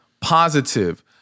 positive